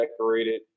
decorated